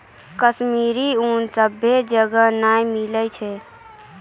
कश्मीरी ऊन सभ्भे जगह नै मिलै छै